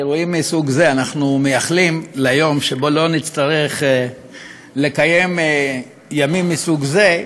באירועים מסוג זה אנחנו מייחלים ליום שבו לא נצטרך לקיים ימים מסוג זה,